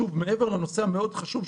מעבר לנושא המאוד-חשוב,